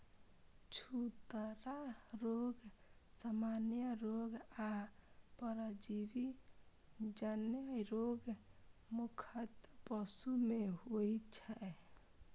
छूतहा रोग, सामान्य रोग आ परजीवी जन्य रोग मुख्यतः पशु मे होइ छै